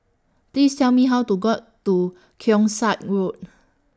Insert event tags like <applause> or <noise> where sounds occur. Please Tell Me How to got to Keong Saik Road <noise>